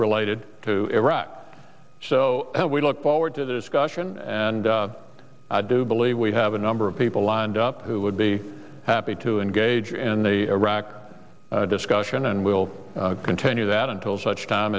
related to iraq so we look forward to discussions and i do believe we have a number of people lined up who would be happy to engage in the iraq discussion and we'll continue that until such time